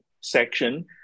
section